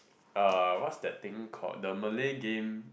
uh what's that thing called the Malay game